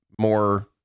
more